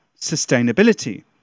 sustainability